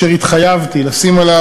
2. אחד מהנושאים אשר התחייבתי לשים עליהם